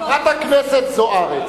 חברת הכנסת זוארץ,